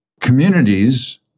communities